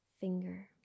finger